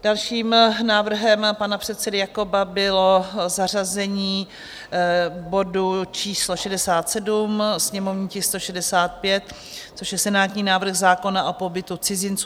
Dalším návrhem pana předsedy Jakoba bylo zařazení bodu číslo 67, sněmovní tisk 165, což je senátní návrh zákona o pobytu cizincům.